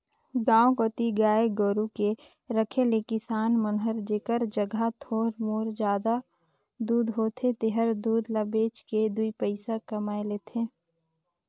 गांव कोती गाय गोरु के रखे ले किसान मन हर जेखर जघा थोर मोर जादा दूद होथे तेहर दूद ल बेच के दुइ पइसा कमाए लेथे